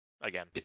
again